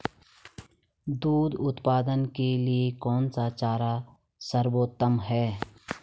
दूध उत्पादन के लिए कौन सा चारा सर्वोत्तम है?